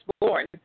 born